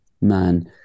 man